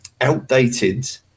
outdated